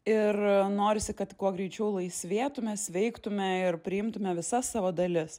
ir norisi kad kuo greičiau laisvėtume veiktume ir priimtume visas savo dalis